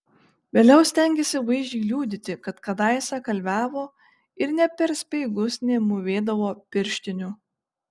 vėliau stengėsi vaizdžiai liudyti kad kadaise kalviavo ir nė per speigus nemūvėdavo pirštinių